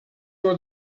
your